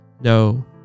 No